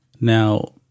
Now